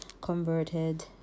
converted